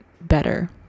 better